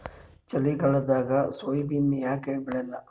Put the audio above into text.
ಚಳಿಗಾಲದಾಗ ಸೋಯಾಬಿನ ಯಾಕ ಬೆಳ್ಯಾಲ?